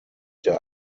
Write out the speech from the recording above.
der